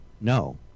No